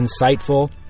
insightful